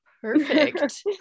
Perfect